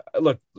Look